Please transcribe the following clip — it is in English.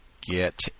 Get